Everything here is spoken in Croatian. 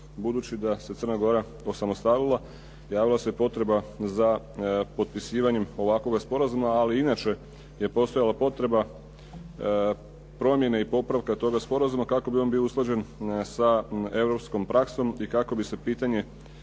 Budući da se Crna Gora osamostalila javila se potreba za potpisivanjem ovakvog sporazuma, ali i inače je postojala potreba promjene i popravka toga sporazuma kako bi on bio usklađen sa europskom praksom i kako bi se pitanje